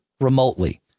remotely